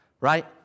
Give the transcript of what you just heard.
Right